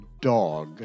dog